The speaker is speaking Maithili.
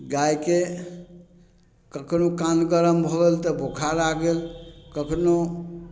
गायके ककरो कान गरम भऽ गेल तऽ बोखार आ गेल कखनो